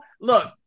Look